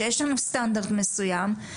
שיש לנו סטנדרט מסוים,